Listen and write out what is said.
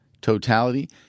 totality